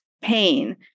pain